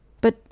But